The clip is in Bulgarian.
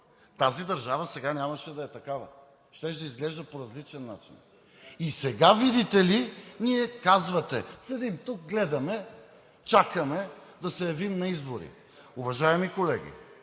тази държава сега нямаше да е такава, щеше да изглежда по различен начин. И сега, видите ли, ни казвате: седим тук, гледаме, чакаме да се явим на избори. Уважаеми колеги,